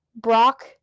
Brock